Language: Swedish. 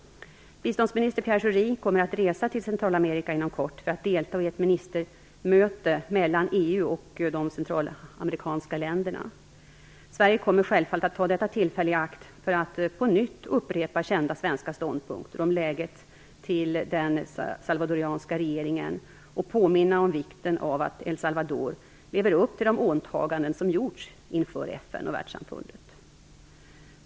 Biståndsminister Pierre Schori kommer att resa till Centralamerika inom kort för att delta i ett ministermöte mellan EU och de centralamerikanska länderna. Sverige kommer självfallet att ta detta tillfälle i akt för att på nytt upprepa kända svenska ståndpunkter om läget till den salvadoranska regeringen och påminna om vikten av att El Salvador lever upp till de åtaganden som gjorts inför FN och världssamfundet.